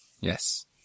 Yes